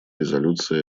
резолюции